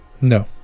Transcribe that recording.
No